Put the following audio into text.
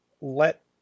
let